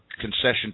concession